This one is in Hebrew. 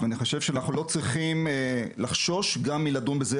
אני חושב שאנחנו לא צריכים לחשוש גם מלדון בזה,